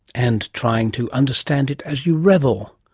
and trying to understand it as you revel.